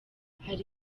hari